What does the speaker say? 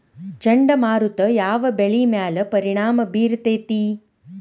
ಚಂಡಮಾರುತ ಯಾವ್ ಬೆಳಿ ಮ್ಯಾಲ್ ಪರಿಣಾಮ ಬಿರತೇತಿ?